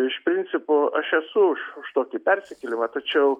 iš principo aš esu už už tokį persikėlimą tačiau